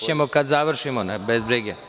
Završićemo kad završimo, bez brige.